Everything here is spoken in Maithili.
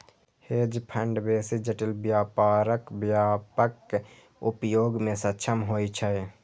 हेज फंड बेसी जटिल व्यापारक व्यापक उपयोग मे सक्षम होइ छै